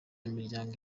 imiryango